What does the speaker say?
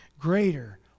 greater